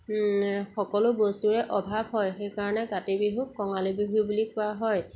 সকলো বস্তুৰে অভাৱ হয় সেইকাৰণে কাতি বিহুক কঙালী বিহু বুলি কোৱা হয়